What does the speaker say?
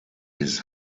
his